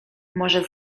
może